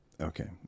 Okay